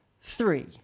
three